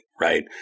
right